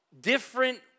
different